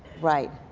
right,